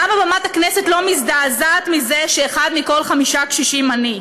למה במת הכנסת לא מזדעזעת מזה שאחד מכל חמישה קשישים עני?